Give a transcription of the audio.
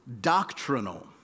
doctrinal